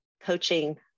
coaching